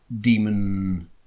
demon